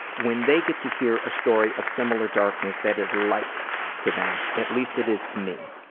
when they get to hear a story of similar darkness, that is light to them. at least it is to me.